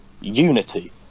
unity